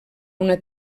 una